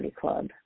club